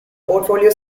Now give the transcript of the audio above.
portfolio